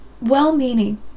well-meaning